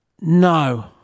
No